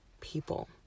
people